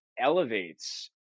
elevates